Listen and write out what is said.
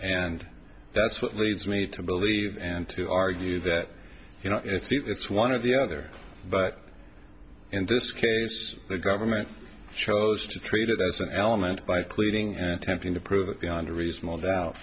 and that's what leads me to believe and to argue that you know it's one of the other but in this case the government chose to treat it as an element by clearing and tempting to prove beyond a reasonable doubt